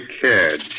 cared